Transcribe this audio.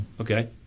Okay